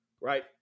right